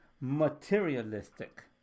materialistic